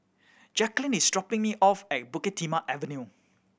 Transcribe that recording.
Jacquline is dropping me off at Bukit Timah Avenue